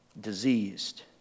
Diseased